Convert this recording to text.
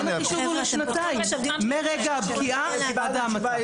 לכן החישוב הוא לשנתיים, מרגע הבקיעה עד ההמתה.